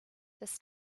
this